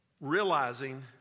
realizing